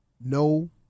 No